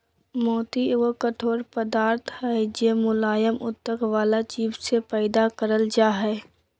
मोती एगो कठोर पदार्थ हय जे मुलायम उत्तक वला जीव से पैदा करल जा हय